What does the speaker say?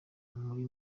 muri